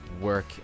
work